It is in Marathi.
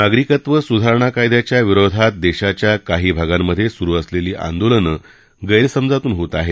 नागरिकत्व सुधारणा कायद्याच्या विरोधात देशाच्या काही भागांमधे सुरु असलेली आंदोलनं गैरसमजातून होत आहेत